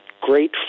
great